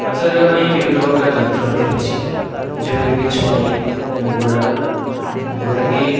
ମାଛ ଧରିବାପାଇଁ ବିଭିନ୍ନ ପ୍ରକାର ଯନ୍ତ୍ରପାତି ରହିଛି ଯେପରିକି ଛଡ଼ି ମୁଗୁରା ଯେଉଁଟାକି